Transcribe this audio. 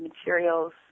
materials